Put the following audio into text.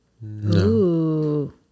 No